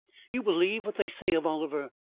you believe what they say of oliver.